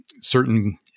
certain